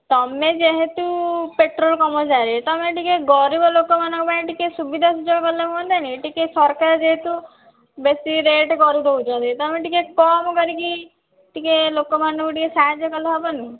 ତୁମେ ଯେହେତୁ ପେଟ୍ରୋଲ୍ କର୍ମଚାରୀ ତୁମେ ଟିକିଏ ଗରିବ ଲୋକମାନଙ୍କ ପାଇଁ ଟିକିଏ ସୁବିଧା ସୁଯୋଗ ଦେଲେ ହୁଅନ୍ତାନି ଟିକିଏ ସରକାର ଯେହେତୁ ବେଶି ରେଟ୍ କରିଦେଉଛନ୍ତି ତୁମେ ଟିକିଏ କମ୍ କରିକି ଟିକିଏ ଲୋକମାନଙ୍କୁ ଟିକିଏ ସାହାଯ୍ୟ କଲେ ହେବନି